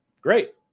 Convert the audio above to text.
great